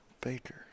Baker